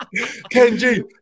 Kenji